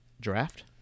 Draft